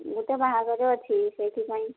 ମୁଁ ତ ବାହାଘର ଅଛି ସେଇଥି ପାଇଁ